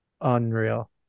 Unreal